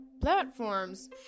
platforms